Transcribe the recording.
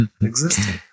existing